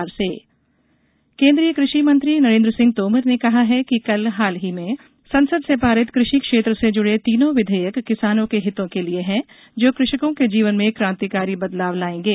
तोमर समर्थन मूल्य केन्द्रीय कृषि मंत्री नरेंद्र सिंह तोमर ने कहा है कि हाल ही में संसद से पारित कृषि क्षेत्र से जुड़े तीनों विधेयक किसानों के हितों के लिए हैं जो कृषकों के जीवन में क्रांतिकारी बदलाव लाएंगे